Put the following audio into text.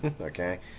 Okay